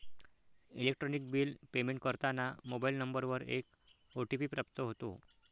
electronic bill payment करताना mobile नंबरवर एक ओ.टी.पी प्राप्त होतो